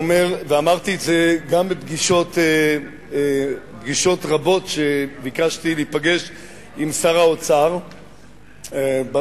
ואמרתי את זה גם בפגישות רבות שביקשתי להיפגש עם שר האוצר במשרדו,